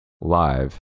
live